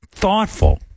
thoughtful